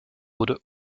wurde